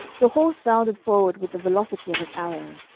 the horse bounded forward with the velocity of an arrow.